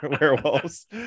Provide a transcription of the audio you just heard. werewolves